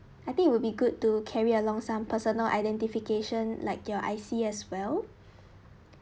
I think it would be good to carry along some personal identification like your I_C as well